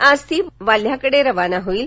आज ती वाल्ह्याकडे रवाना होईल